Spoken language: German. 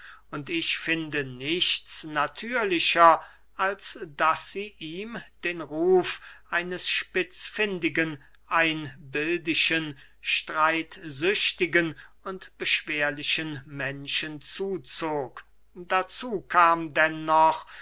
und ich finde nichts natürlicher als daß sie ihm den ruf eines spitzfindigen einbildischen streitsüchtigen und beschwerlichen menschen zuzog dazu kam